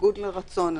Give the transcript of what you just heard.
בניגוד לרצון.